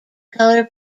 color